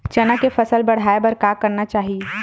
चना के फसल बढ़ाय बर का करना चाही?